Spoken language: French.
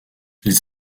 les